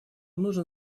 нужен